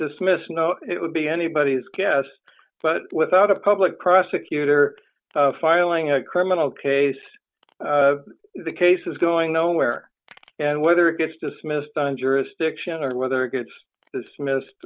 dismissed it would be anybody's guess but without a public prosecutor filing a criminal case the case is going nowhere and whether it gets dismissed on jurisdiction or whether it gets dismissed